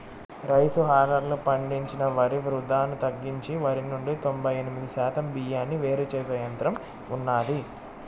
rice హల్లర్లు పండించిన వరి వృధాను తగ్గించి వరి నుండి తొంబై ఎనిమిది శాతం బియ్యాన్ని వేరు చేసే యంత్రం ఉన్నాది